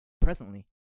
presently